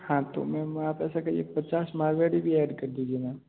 हाँ तो मैम आप ऐसा करिए एक पचास मालवेड़ी भी ऐड कर दीजिए मैम